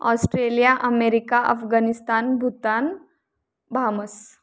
Australia America Afghanistan Bhutan bahamas